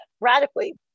radically